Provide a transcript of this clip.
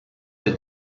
der